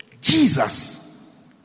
Jesus